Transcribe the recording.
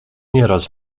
nieraz